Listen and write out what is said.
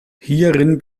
hierin